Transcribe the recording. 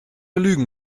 lügen